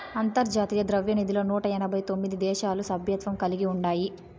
అంతర్జాతీయ ద్రవ్యనిధిలో నూట ఎనబై తొమిది దేశాలు సభ్యత్వం కలిగి ఉండాయి